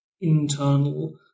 internal